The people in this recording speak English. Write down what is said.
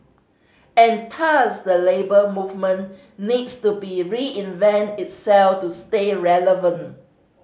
and thus the Labour Movement needs to be reinvent itself to stay relevant